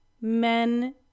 men